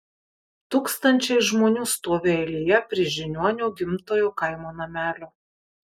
tūkstančiai žmonių stovi eilėje prie žiniuonio gimtojo kaimo namelio